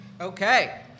Okay